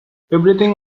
everything